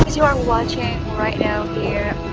you are watching right now here.